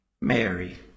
Mary